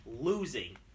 losing